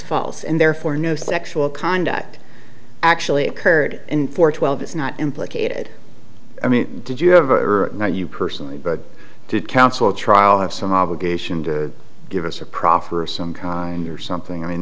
false and therefore no sexual conduct actually occurred in four twelve it's not implicated i mean did you have a not you personally but did counsel at trial have some obligation to give us a proffer of some kind or something i mean